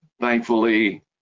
thankfully